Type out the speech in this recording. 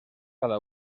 cada